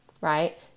right